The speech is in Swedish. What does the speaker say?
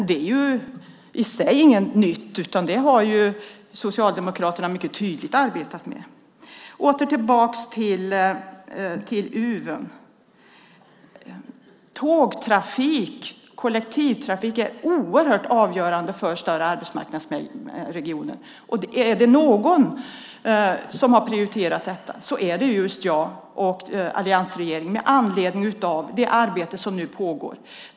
Detta är i sig inget nytt, utan det har ju Socialdemokraterna arbetat med mycket. Tillbaka till Uven: Tågtrafik och kollektivtrafik är oerhört avgörande för större arbetsmarknadsregioner, och är det någon som har prioriterat detta är det jag och alliansregeringen med anledning av det arbete som nu pågår.